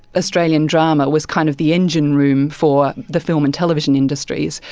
australian drama was kind of the engine room for the film and television industries.